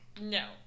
no